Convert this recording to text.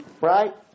right